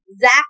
Zach